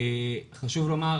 חשוב לומר,